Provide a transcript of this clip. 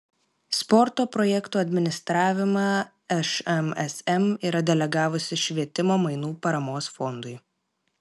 sporto projektų administravimą šmsm yra delegavusi švietimo mainų paramos fondui